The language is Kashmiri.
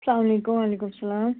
سلامُ علیکُم وعلیکُم سَلام